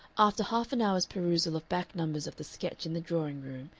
after half an hour's perusal of back numbers of the sketch in the drawing-room,